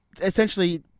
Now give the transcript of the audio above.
essentially